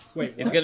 Wait